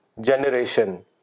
generation